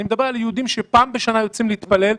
אני מדבר על יהודים שפעם בשנה יוצאים להתפלל,